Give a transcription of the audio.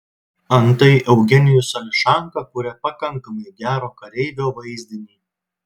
antai eugenijus ališanka kuria pakankamai gero kareivio vaizdinį